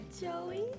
Joey